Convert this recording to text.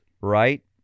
right